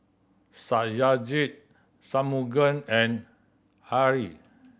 Satyajit Shunmugam and Hri